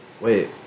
Wait